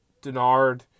Denard